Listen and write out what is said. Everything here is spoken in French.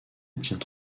obtient